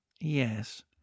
Yes